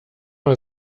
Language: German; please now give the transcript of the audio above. mal